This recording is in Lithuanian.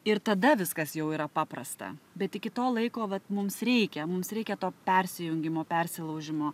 ir tada viskas jau yra paprasta bet iki to laiko vat mums reikia mums reikia to persijungimo persilaužimo